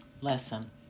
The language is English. lesson